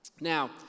Now